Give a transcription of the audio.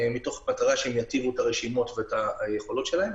מתוך מטרה שהם יתירו את הרשימות ואת היכולות שלהם.